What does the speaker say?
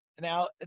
Now